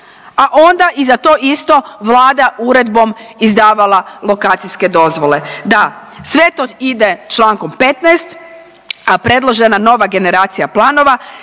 a onda i za to isto Vlada uredbom izdavala lokacijske dozvole. Da, sve to ide čl. 15, a predložena nova generacija planova